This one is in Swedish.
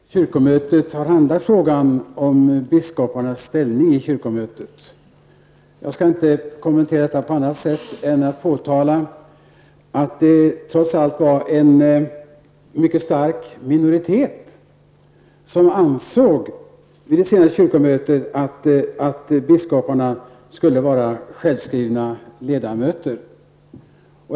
Herr talman! Torgny Larsson har här gett en beskrivning av hur kyrkomötet har handlagt frågan om biskoparnas ställning i kyrkomötet. Jag skall inte kommentera detta på annat sätt än genom att påpeka att det vid det senaste kyrkomötet trots allt var en mycket stark minoritet som ansåg att biskoparna skulle vara självskrivna ledamöter.